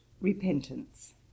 repentance